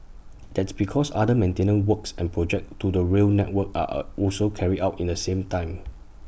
that's because other maintenance works and projects to the rail network are are also carried out in the same time